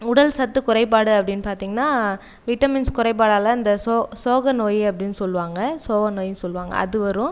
உடல் சத்து குறைபாடு அப்படினு பார்த்தீங்கனா விட்டமின்ஸ் குறைபாடால் இந்த சோ சோகை நோய் அப்படினு சொல்வாங்கள் சோகை நோய்னு சொல்வாங்க அது வரும்